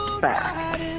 back